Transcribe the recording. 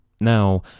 Now